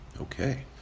Okay